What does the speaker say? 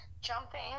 jumping